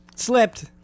slipped